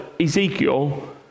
Ezekiel